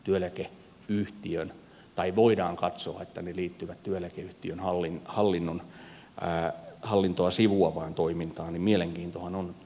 työläke tietoihin joiden voidaan katsoa liittyvän työeläkeyhtiön hallintoa sivuavaan toimintaan eli mielenkiintohan on liittynyt tähän